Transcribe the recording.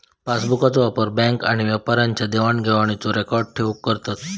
पासबुकचो वापर बॅन्क आणि व्यापाऱ्यांच्या देवाण घेवाणीचो रेकॉर्ड ठेऊक करतत